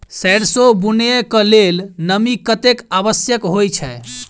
सैरसो बुनय कऽ लेल नमी कतेक आवश्यक होइ छै?